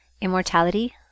immortality